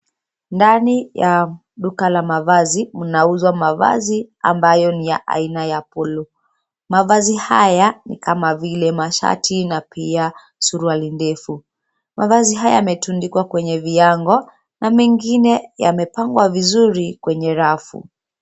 Ndani ya duka la mavazi mnauzwa mavazi ambayo ni ya aina ya polo. Mavazi haya ni kama vile mashati na pia suruali ndefu. Mavazi haya yametundikwa kwenye viango na mengine yamepangwa vizuri kwenye rafu.